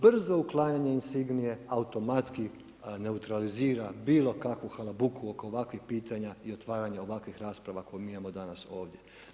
Brzo uklanjanje insignije automatski neutralizira bilo kakvu halabuku oko ovakvih pitanja i otvaranja ovakvih rasprava koje mi imamo danas ovdje.